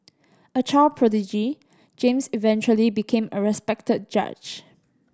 a child prodigy James eventually became a respected judge